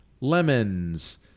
lemons